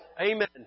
Amen